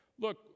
Look